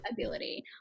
ability